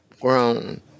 grown